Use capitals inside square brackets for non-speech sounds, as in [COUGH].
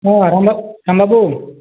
[UNINTELLIGIBLE]